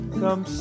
come